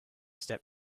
step